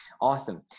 Awesome